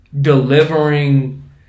delivering